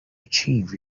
achieve